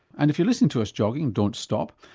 and if you're listening to us jogging, don't stop,